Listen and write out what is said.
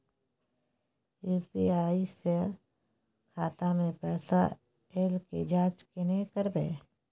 UPI स खाता मे पैसा ऐल के जाँच केने करबै?